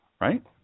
right